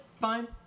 fine